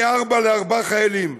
אני אבא לארבעה חיילים,